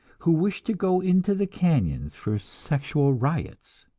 who wish to go into the canyons for sexual riots.